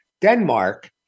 Denmark